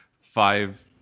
five